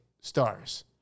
stars